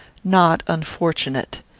not unfortunate.